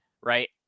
right